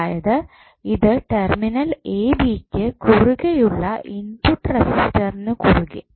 അതായത് അത് terminal A B യ്ക്ക് കുറുകെയുള്ള ഇൻപുട്ട് റെസിസ്റ്ററിനു കുറുകെ